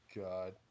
God